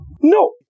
No